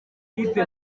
gufata